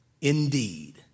indeed